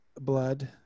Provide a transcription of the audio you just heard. blood